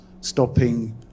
stopping